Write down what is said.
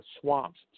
swamps